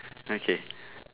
okay